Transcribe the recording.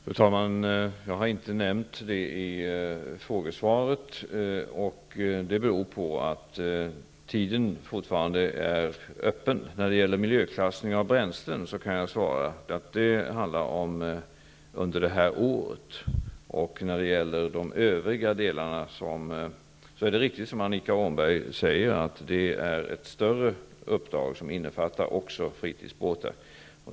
Fru talman! Jag har inte nämnt det i frågesvaret, och det beror på att det fortfarande är öppet. När det gäller miljöklassning av bränslen kan jag svara att det handlar om förslag under detta år. När det gäller de övriga delarna är det riktigt som Annika Åhnberg säger, att det är ett större uppdrag som innefattar också fritidsbåtar.